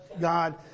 God